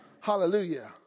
Hallelujah